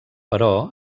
però